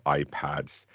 iPads